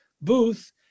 booth